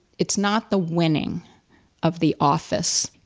it's not the winning of the office,